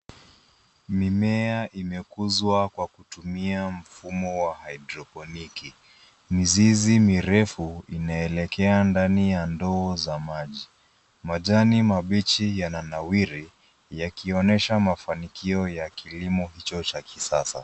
Mimea imekuzwa kwa kutumia mfumo wa haidroponiki. Mizizi mirefu inaelekea ndani ya ndoo za maji. Majani mabichi yananawiri yakionesha mafanikio ya kilimo hicho cha kisasa.